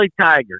Tiger